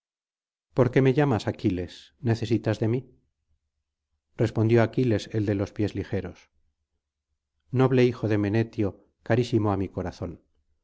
por qué me llamas aquiles necesitas de mí respondió aquiles el de los pies ligeros noble hijo de menetio carísimo á mi corazón